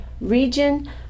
region